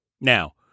Now